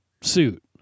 suit